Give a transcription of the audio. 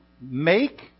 make